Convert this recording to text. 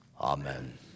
Amen